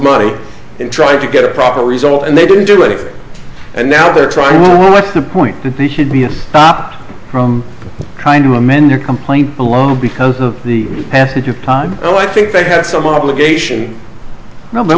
money in trying to get a proper result and they didn't do it and now they're trying what the point that they should be an op from trying to amend their complaint alone because of the passage of time and i think they have some obligation no but